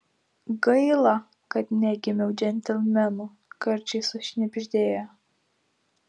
gaila kad negimiau džentelmenu karčiai sušnibždėjo